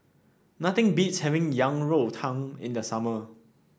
nothing beats having Yang Rou Tang in the summer